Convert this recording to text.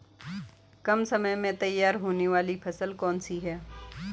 कम समय में तैयार होने वाली फसल कौन सी है?